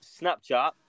Snapchat